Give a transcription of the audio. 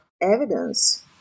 evidence